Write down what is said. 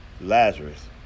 Lazarus